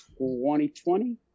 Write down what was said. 2020